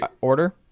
order